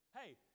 Hey